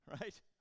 right